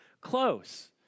close